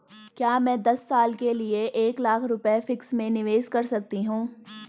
क्या मैं दस साल के लिए एक लाख रुपये फिक्स में निवेश कर सकती हूँ?